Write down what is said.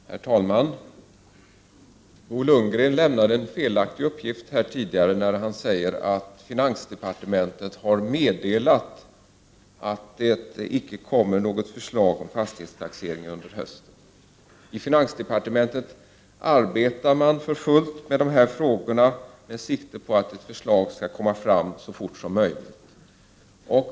Herr talman! Bo Lundgren lämnade en felaktig uppgift tidigare när han sade att finansdepartementet har meddelat att det icke kommer något förslag om fastighetstaxeringen under hösten. I finansdepartementet arbetar man för fullt med frågorna med sikte på att ett förslag skall komma fram så fort som möjligt.